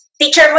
Teacher